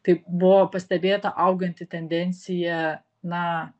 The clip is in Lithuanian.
tai buvo pastebėta auganti tendencija na